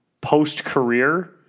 post-career